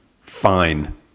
fine